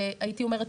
הייתי אומרת,